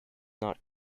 not